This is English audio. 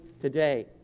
today